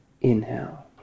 Inhale